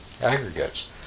aggregates